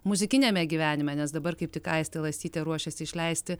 muzikiniame gyvenime nes dabar kaip tik aistė lasytė ruošiasi išleisti